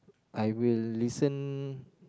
I will listen